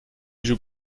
joue